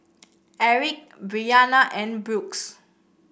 Aric Briana and Brooks